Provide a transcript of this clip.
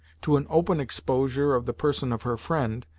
to an open exposure of the person of her friend,